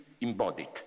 embodied